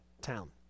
town